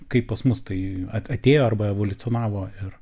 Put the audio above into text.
kaip pas mus tai at atėjo arba evoliucionavo ir